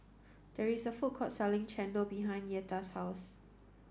There is a food court selling Chendol behind Yetta's house